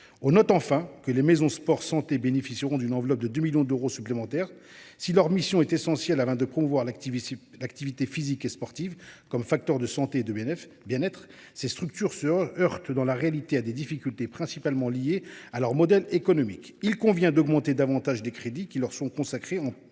On note enfin que les maisons sport santé bénéficieront d’une enveloppe enrichie de 2 millions d’euros. Si ces structures assument une mission essentielle – promouvoir l’activité physique et sportive comme facteur de santé et de bien être –, elles se heurtent dans la réalité à des difficultés principalement liées à leur modèle économique. Il convient d’augmenter davantage les crédits qui leur sont consacrés, ce qui